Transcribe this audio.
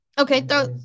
Okay